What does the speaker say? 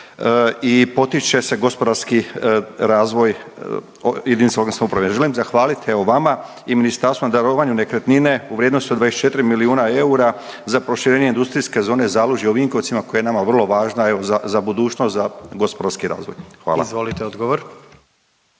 i potiče se gospodarski razvoj …/Govornik se ne razumije./… Želim zahvaliti evo vama i ministarstvu na darovanju nekretnine u vrijednosti od 24 milijuna eura za proširenje industrijske zone Zalužje u Vinkovcima koja je nama vrlo važna, evo za, za budućnost, za gospodarski razvoj. Hvala. **Jandroković,